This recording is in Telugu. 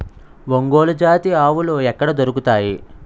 ఒంగోలు జాతి ఆవులు ఎక్కడ దొరుకుతాయి?